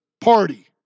Party